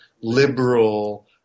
liberal